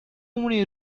many